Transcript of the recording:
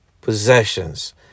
possessions